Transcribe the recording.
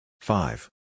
five